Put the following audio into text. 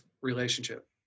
relationship